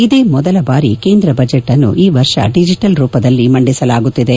ಇದೇ ಮೊದಲ ಬಾರಿ ಕೇಂದ್ರ ಬಜೆಟ್ಅನ್ನು ಈ ವರ್ಷ ಡಿಜಿಟಲ್ ರೂಪದಲ್ಲಿ ಮಂಡಿಸಲಾಗುತ್ತಿದೆ